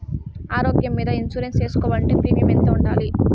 ఆరోగ్యం మీద ఇన్సూరెన్సు సేసుకోవాలంటే ప్రీమియం ఎంత కట్టాలి?